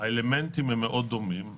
והאלמנטים דומים מאוד.